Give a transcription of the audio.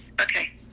Okay